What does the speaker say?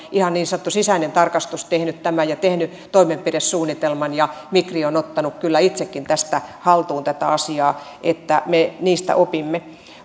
ihan niin sanottu sisäinen tarkastus tehnyt tämän ja tehnyt toimenpidesuunnitelman ja migri on ottanut kyllä itsekin tästä haltuun tätä asiaa että me niistä opimme